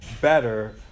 better